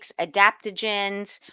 adaptogens